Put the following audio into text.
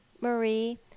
marie